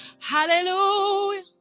Hallelujah